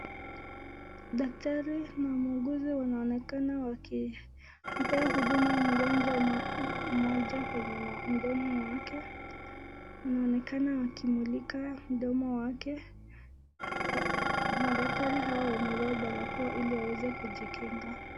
Daktari na muuguzi wanaonekana wakimpea huduma mgonjwa mmoja kwenye mdomo wake, wanaonekana wakimulika mdomo wake ,madaktari hawa wamevaa barakoa ili waweze kujikinga.